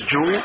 Jew